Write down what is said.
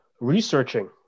researching